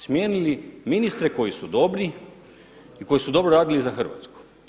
Smijenili ministre koji su dobri i koji su dobro radili za Hrvatsku.